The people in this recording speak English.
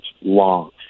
long